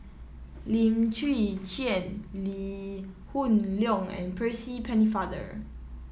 Lim Chwee Chian Lee Hoon Leong and Percy Pennefather